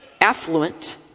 affluent